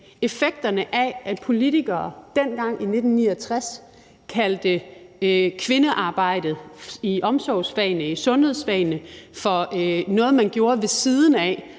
Det, at politikere dengang i 1969 kaldte kvindearbejdet i omsorgsfagene, i sundhedsfagene, for noget, man gjorde ved siden af,